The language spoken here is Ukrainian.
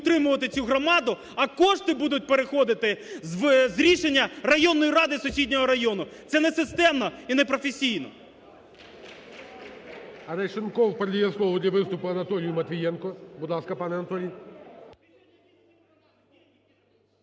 а кошти будуть переходити з рішення районної ради сусіднього району. Це несистемно і непрофесійно.